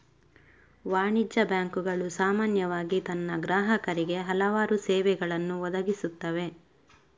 ವಾಣಿಜ್ಯ ಬ್ಯಾಂಕುಗಳು ಸಾಮಾನ್ಯವಾಗಿ ತನ್ನ ಗ್ರಾಹಕರಿಗೆ ಹಲವಾರು ಸೇವೆಗಳನ್ನು ಒದಗಿಸುತ್ತವೆ